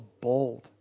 bold